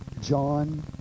John